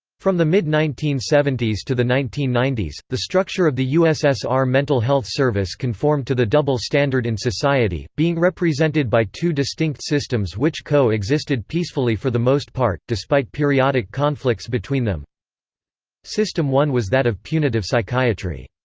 from the mid nineteen seventy s to the nineteen ninety s, the structure of the ussr mental health service conformed to the double standard in society, being represented by two distinct systems which co-existed peacefully for the most part, despite periodic conflicts between them system one was that of punitive psychiatry.